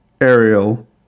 Ariel